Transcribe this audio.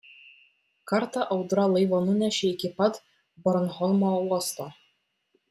kartą audra laivą nunešė iki pat bornholmo uosto